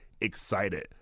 excited